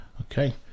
Okay